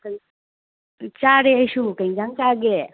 ꯆꯥꯔꯦ ꯑꯩꯁꯨ ꯀꯔꯤ ꯑꯦꯟꯁꯥꯡ ꯆꯥꯒꯦ